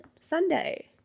Sunday